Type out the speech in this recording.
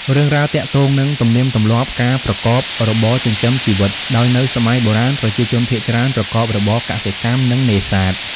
រឿងរ៉ាវទាក់ទងនឹងទំនៀមទម្លាប់ការប្រកបរបរចិញ្ចឹមជីវិត ដោយនៅសម័យបុរាណ ប្រជាជនភាគច្រើនប្រកបរបរ កសិកម្ម និង នេសាទ។